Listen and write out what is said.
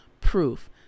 proof